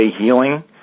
healing